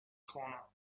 corner